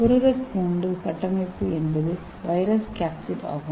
புரத கூண்டு கட்டமைப்பு என்பது வைரஸ் கேப்சிட் ஆகும்